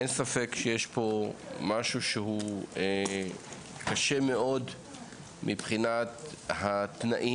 אין ספק שיש פה משהו שהוא קשה מאוד מבחינת התנאים,